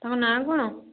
ତାଙ୍କ ନାଁ କ'ଣ